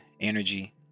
energy